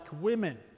women